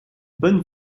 bonne